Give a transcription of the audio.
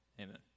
Amen